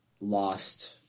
lost